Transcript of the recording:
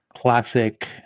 classic